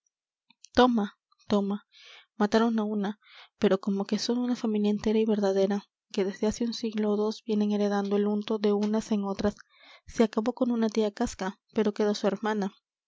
toma toma mataron á una pero como que son una familia entera y verdadera que desde hace un siglo ó dos vienen heredando el unto de unas en otras se acabó con una tía casca pero queda su hermana